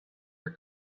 for